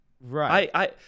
Right